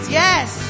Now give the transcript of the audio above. yes